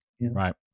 Right